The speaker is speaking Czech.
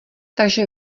takže